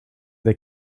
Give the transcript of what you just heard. they